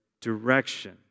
direction